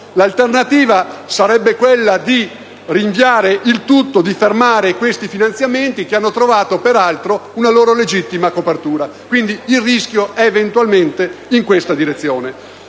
L'alternativa sarebbe quella di rinviare tutto, di fermare questi finanziamenti, che hanno trovato peraltro una loro legittima copertura. Quindi, il rischio è eventualmente in questa direzione.